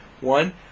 one